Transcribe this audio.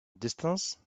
distance